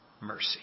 mercy